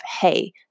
hey